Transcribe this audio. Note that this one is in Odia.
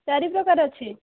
ଚାରି ପ୍ରକାର ଅଛି